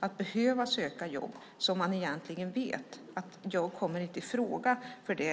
att behöva söka jobb som man egentligen vet att man inte kommer i fråga för.